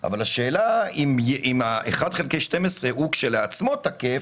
אבל השאלה אם ה-1 חלקי 12 הוא כשלעצמו תקף